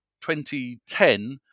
2010